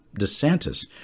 DeSantis